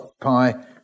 pie